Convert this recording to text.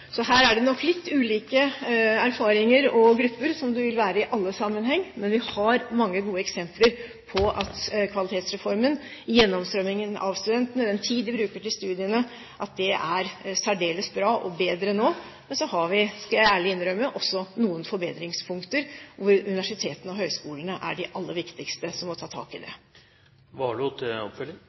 Så her er det nok litt ulike erfaringer og grupper som det vil være i alle sammenhenger. Men vi har mange gode eksempler på at gjennomstrømmingen av studentene – den tiden de bruker på studiene – er særdeles bra og er bedre nå etter Kvalitetsreformen. Men så har vi – det skal jeg ærlig innrømme – også noen forbedringspunkter, og universitetene og høyskolene er de aller viktigste som må ta tak i det. Henning Warloe – til